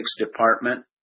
department